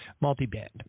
Multi-band